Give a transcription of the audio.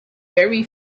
very